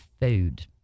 food